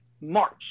March